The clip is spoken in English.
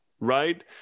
right